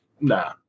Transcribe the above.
nah